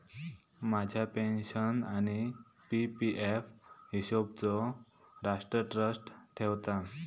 माझ्या पेन्शन आणि PPF हिशोबचो राष्ट्र ट्रस्ट ठेवता